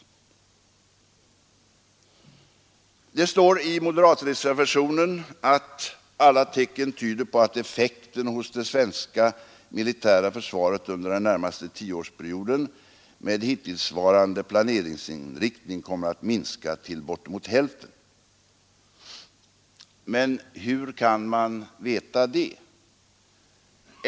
Det står i moderatreservationen 1: ”Alla tecken tyder på att effekten hos det svenska militära försvaret under den närmaste tioårsperioden med hittillsvarande planeringsinriktning kommer att minska till bortemot hälften.” Men hur kan man veta det?